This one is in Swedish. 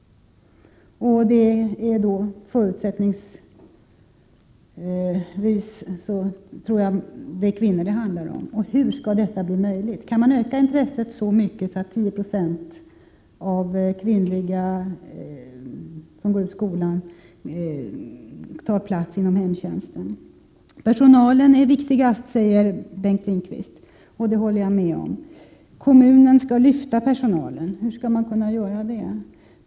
Förutsättningsvis tror jag att det är kvinnor det handlar om. Hur skall detta bli möjligt? Kan man öka intresset så mycket att 10 20 av den kvinnliga ungdom som går ut ur skolorna tar plats inom hemtjänsten? Personalen är viktigast, säger Bengt Lindqvist, och det håller jag med om. Kommunen skall lyfta personalen. Hur skall den kunna göra det?